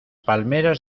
palmeras